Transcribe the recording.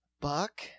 Buck